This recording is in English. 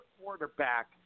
quarterback